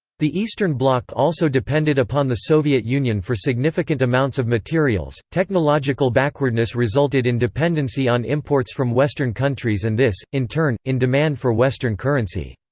the eastern bloc also depended upon the soviet union for significant amounts of materials technological backwardness resulted in dependency on imports from western countries and this, in turn, in demand for western currency.